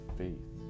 faith